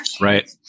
right